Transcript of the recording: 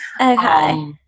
Okay